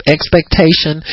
Expectation